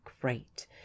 great